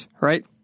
right